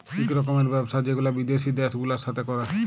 ইক রকমের ব্যবসা যেগুলা বিদ্যাসি দ্যাশ গুলার সাথে ক্যরে